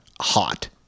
hot